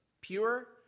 pure